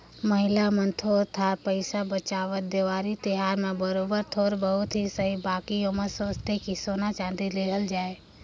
महिला मन थोर थार पइसा बंचावत, देवारी तिहार में बरोबेर थोर बहुत ही सही बकि ओमन सोंचथें कि सोना चाँदी लेहल जाए